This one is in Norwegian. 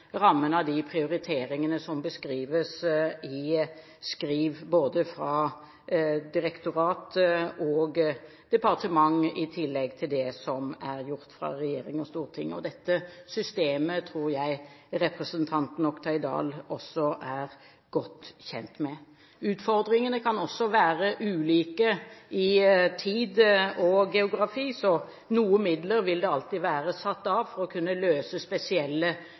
rammen av de prioriteringene som beskrives i skriv både fra direktorat og departement, i tillegg til det som kommer fra regjering og storting. Dette systemet tror jeg representanten Oktay Dahl også er godt kjent med. Utfordringene kan være ulike med hensyn til tid og geografi. Noen midler vil alltid være satt av for å kunne løse spesielle